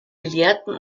gelehrten